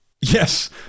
Yes